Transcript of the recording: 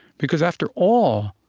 because after all,